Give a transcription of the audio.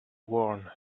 worn